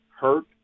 hurt